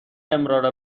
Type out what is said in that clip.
امرار